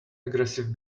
aggressive